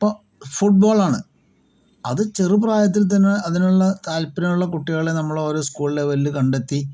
ഇപ്പൊൾ ഫുട്ബോളാണ് അത് ചെറു പ്രായത്തിൽ തന്നെ അതിനുള്ള താത്പര്യമുള്ള കുട്ടികളെ നമ്മളോരോ സ്കൂൾ ലെവലില് കണ്ടെത്തി